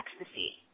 ecstasy